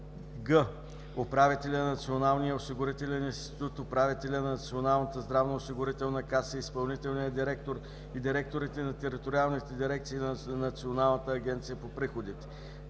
г) управителя на Националния осигурителен институт, управителя на Националната здравноосигурителна каса, изпълнителния директор и директорите на териториалните дирекции на Националната агенция по приходите;